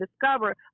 discover